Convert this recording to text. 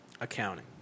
accounting